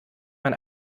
man